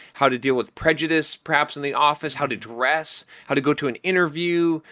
how to deal with prejudice, perhaps in the office? how to dress? how to go to an interview?